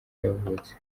yavutse